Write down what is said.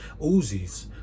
Uzis